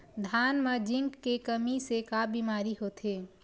धान म जिंक के कमी से का बीमारी होथे?